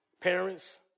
Parents